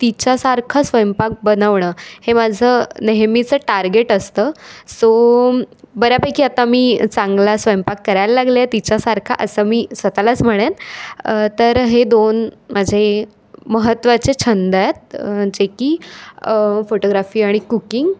तिच्यासारखं स्वयंपाक बनवणं हे माझं नेहमीचं टार्गेट असतं सो बऱ्यापैकी आता मी चांगला स्वयंपाक करायला लागलेय तिच्यासारखा असं मी स्वतःलाच म्हणेन तर हे दोन माझे महत्वाचे छंद आहेत जे की फोटोग्राफी आणि कुकिंग